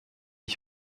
ich